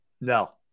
No